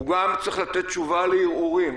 הוא גם צריך לתת תשובה לערעורים,